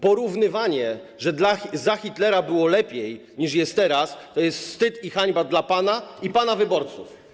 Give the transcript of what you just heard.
Porównywanie, że za Hitlera było lepiej, niż jest teraz, to jest wstyd i hańba dla pana i pana wyborców.